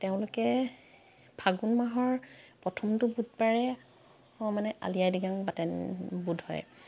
তেওঁলোকে ফাগুন মাহৰ প্ৰথমটো বুধবাৰে মানে আলি আই লিগাং পাতে বুধবাৰে